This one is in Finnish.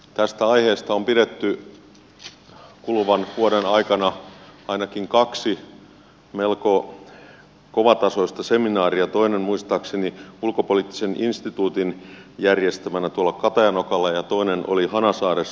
tästä aiheesta on pidetty kuluvan vuoden aikana ainakin kaksi melko kovatasoista seminaaria toinen muistaakseni ulkopoliittisen instituutin järjestämänä tuolla katajanokalla ja toinen hanasaaressa